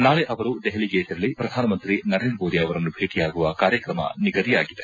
ನಾಳೆ ಅವರು ದೆಹಲಿಗೆ ತೆರಳಿ ಪ್ರಧಾನಮಂತ್ರಿ ನರೇಂದ್ರ ಮೋದಿ ಅವರನ್ನು ಭೇಟಿಯಾಗುವ ಕಾರ್ಯಕ್ರಮ ನಿಗದಿಯಾಗಿದೆ